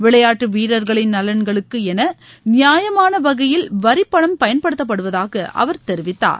விளையாட்டு வீரர்களின் நலன்களுக்கு என நியாயமான வகையில் வரிப் பணம் பயன்படுத்தப்படுவதாக அவர் தெரிவித்தார்